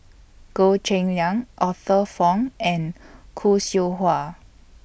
Goh Cheng Liang Arthur Fong and Khoo Seow Hwa